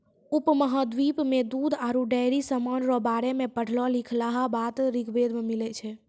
उपमहाद्वीप मे दूध आरु डेयरी समान रो बारे मे पढ़लो लिखलहा बात ऋग्वेद मे मिलै छै